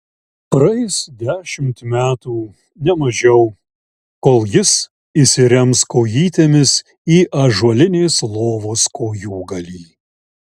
praeis dešimt metų ne mažiau kol jis įsirems kojytėmis į ąžuolinės lovos kojūgalį